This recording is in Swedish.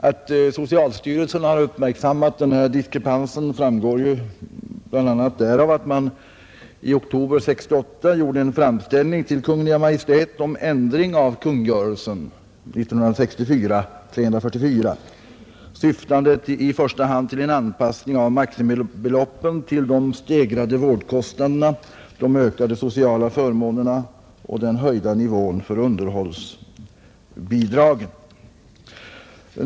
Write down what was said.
Att socialstyrelsen har uppmärksammat denna diskrepans framgår bl.a. därav att man i oktober 1968 gjorde en framställning till Kungl. Maj:t om ändring av kungörelsen 1964:344, syftande till i första hand en anpassning av maximibeloppen till de stegrade vårdkostnaderna, de ökade sociala förmånerna och den höga nivån för underhållsbidragen.